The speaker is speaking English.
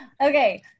okay